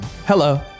hello